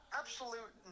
absolute